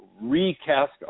recast